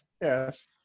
yes